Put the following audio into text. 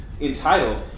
entitled